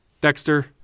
Dexter